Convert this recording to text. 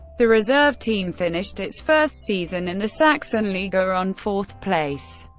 the reserve team finished its first season in the sachsenliga on fourth place.